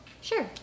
Sure